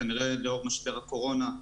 כנראה לאור משבר הקורונה.